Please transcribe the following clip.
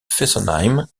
fessenheim